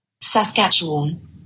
Saskatchewan